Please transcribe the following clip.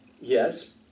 Yes